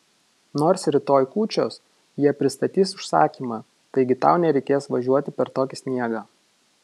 nors rytoj kūčios jie pristatys užsakymą taigi tau nereikės važiuoti per tokį sniegą